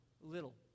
little